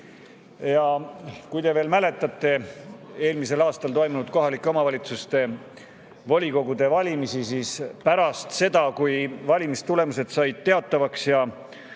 Kui te veel mäletate eelmisel aastal toimunud kohalike omavalitsuste volikogude valimisi, siis pärast seda, kui valimistulemused teatavaks said